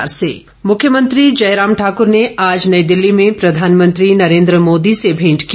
मेंट मुख्यमंत्री जयराम ठाकुर ने आज नई दिल्ली में प्रधानमंत्री नरेन्द्र मोदी से भेंट की